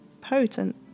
potent